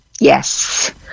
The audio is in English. Yes